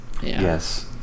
Yes